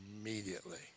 immediately